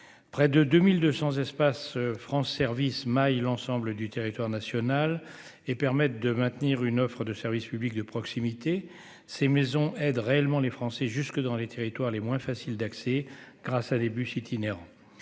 près de 2200 espace France service My l'ensemble du territoire national et permettent de maintenir une offre de services publics de proximité, ces maisons aide réellement les Français jusque dans les territoires les moins facile d'accès, grâce à des bus itinérant